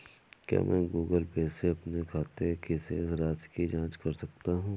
क्या मैं Google Pay से अपने खाते की शेष राशि की जाँच कर सकता हूँ?